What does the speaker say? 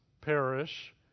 perish